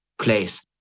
place